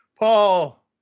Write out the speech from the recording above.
Paul